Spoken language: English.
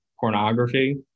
pornography